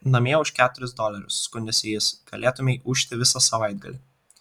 namie už keturis dolerius skundėsi jis galėtumei ūžti visą savaitgalį